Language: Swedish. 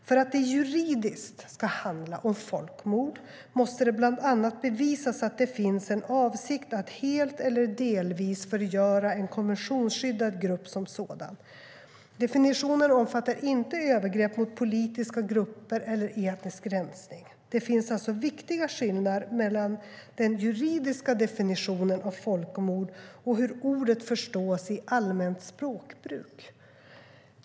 För att det juridiskt ska handla om folkmord måste det bland annat bevisas att det finns en avsikt att helt eller delvis förgöra en konventionsskyddad grupp som sådan. Definitionen omfattar inte övergrepp mot politiska grupper eller etnisk rensning. Det finns alltså viktiga skillnader mellan den juridiska definitionen av folkmord och hur ordet förstås i allmänt språkbruk.